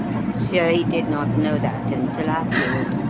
monsieur, he did not know that until afterward.